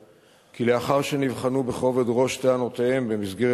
כי לאחר שנבחנו בכובד ראש טענותיהם במסגרת